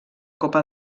copa